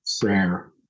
prayer